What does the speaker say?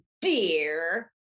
dear